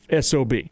sob